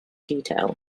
detail